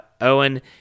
Owen